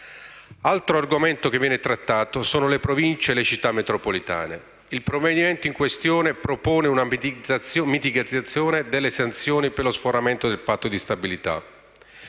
Altro argomento che viene trattato sono le Province e le Città metropolitane. Il provvedimento in questione propone una mitigazione delle sanzioni per lo sforamento del Patto di stabilità.